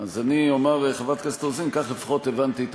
אז אני אומר, חברת הכנסת רוזין, כך לפחות הבנתי את